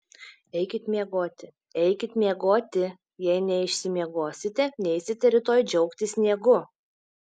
eikit miegoti eikit miegoti jei neišsimiegosite neisite rytoj džiaugtis sniegu